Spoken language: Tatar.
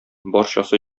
барчасы